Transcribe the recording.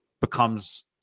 becomes